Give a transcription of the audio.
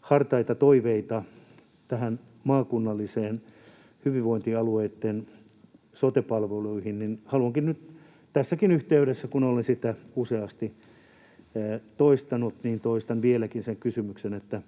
hartaat toiveet näihin maakunnallisten hyvinvointialueitten sote-palveluihin, niin haluankin nyt tässäkin yhteydessä, kun olen sitä useasti toistanut, toistaa vieläkin sen kysymyksen: Nyt